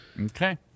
Okay